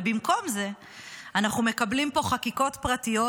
אבל במקום זה אנחנו מקבלים פה חקיקות פרטיות